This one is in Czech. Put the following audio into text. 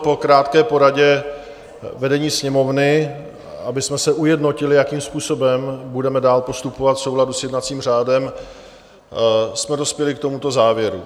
Po krátké poradě vedení Sněmovny, abychom se ujednotili, jakým způsobem budeme dál postupovat v souladu s jednacím řádem, jsme dospěli k tomuto závěru.